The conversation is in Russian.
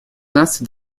наций